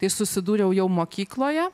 tai susidūriau jau mokykloje